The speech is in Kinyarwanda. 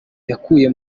yakuye